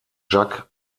jacques